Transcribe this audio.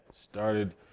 started